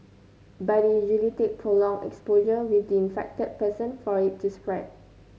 but it usually take prolonged exposure with the infected person for it to spread